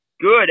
Good